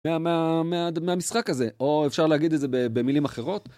מהמשחק הזה, או אפשר להגיד את זה במילים אחרות?